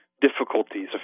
difficulties